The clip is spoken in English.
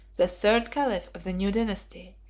the third caliph of the new dynasty,